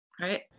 right